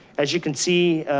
as you can see